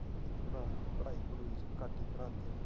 ते थोह्ड़ा पढ़ाई पढ़ुई च घट्ट ही पढ़ांदे न